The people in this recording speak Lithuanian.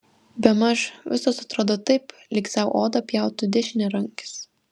bemaž visos atrodo taip lyg sau odą pjautų dešiniarankis